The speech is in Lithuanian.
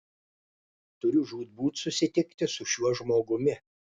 turiu žūtbūt susitikti su šiuo žmogumi